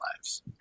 lives